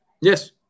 Yes